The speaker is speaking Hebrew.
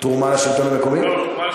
תרומה לשלטון המקומי?